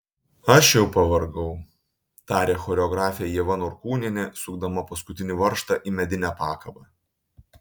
aš jau pavargau tarė choreografė ieva norkūnienė sukdama paskutinį varžtą į medinę pakabą